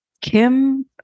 Kim